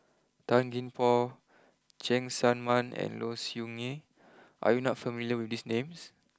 Tan Gee Paw Cheng Tsang Man and Low Siew Nghee are you not familiar with these names